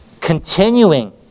continuing